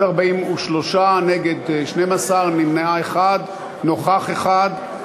בעד, 43, נגד, 12, נמנע אחד, נוכח אחד.